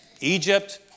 Egypt